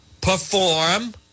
perform